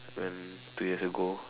when two years ago